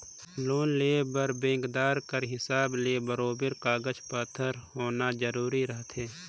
loan लेय बर बेंकदार कर हिसाब ले बरोबेर कागज पाथर होना जरूरी रहथे